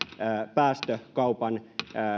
päästökaupan